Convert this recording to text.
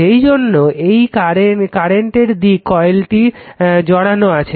সেইজন্য এই কারেন্টের দিকে কয়েলটি জরানো আছে